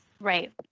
right